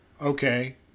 Okay